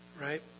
right